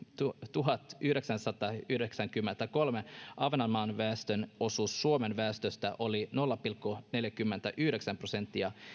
tuhatyhdeksänsataayhdeksänkymmentäkolme ahvenanmaan väestön osuus suomen väestöstä oli nolla pilkku neljäkymmentäyhdeksän prosenttia